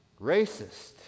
racist